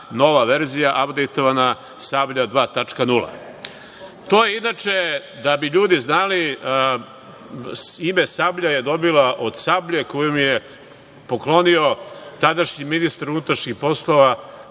nova verzija apdejtovana „Sablja 2.0“.Inače, da bi ljudi znali, ime „Sablja“ je dobila od sablje koju mi je poklonio tadašnji ministar unutrašnjih poslova